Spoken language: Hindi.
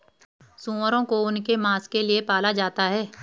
सूअरों को उनके मांस के लिए पाला जाता है